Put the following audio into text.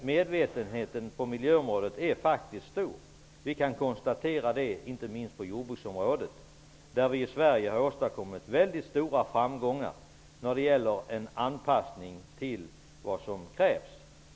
Medvetenheten på miljöområdet är faktiskt stor. Vi kan konstatera att så är fallet, inte minst på jordbruksområdet, där vi i Sverige har åstadkommit väldigt stora framgångar vad gäller en anpassning till vad som krävs.